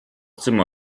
zimmer